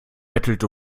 bettelt